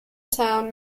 town